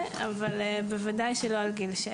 הן בריכות שחייה לכל דבר.